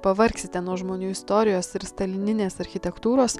pavargsite nuo žmonių istorijos ir stalininės architektūros